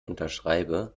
unterschreibe